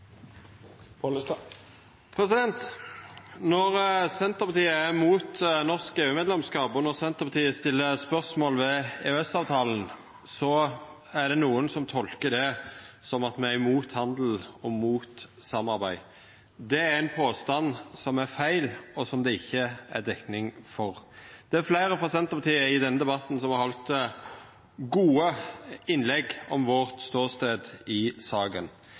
punkt. Når Senterpartiet er imot norsk EU-medlemskap, og når Senterpartiet stiller spørsmål ved EØS-avtalen, er det nokon som tolkar det som at me er imot handel og imot samarbeid. Det er ein påstand som er feil, og som det ikkje er dekning for. Det er fleire frå Senterpartiet i denne debatten som har halde gode innlegg om vår ståstad i saka.